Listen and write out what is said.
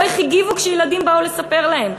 או איך הן הגיבו כשילדים באו לספר להן.